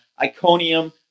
Iconium